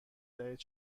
دهید